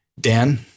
Dan